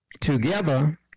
together